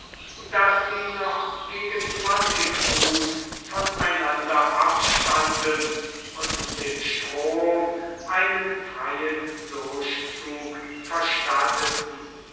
daß sie noch gegen zwanzig fuß von einander abstanden und dem strom einen freien durchzug verstatteten